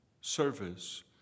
service